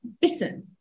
bitten